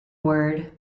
word